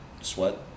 sweat